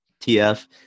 TF